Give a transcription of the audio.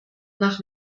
nach